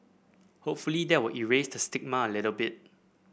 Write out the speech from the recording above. hopefully that will erase the stigma a little bit